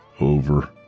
Over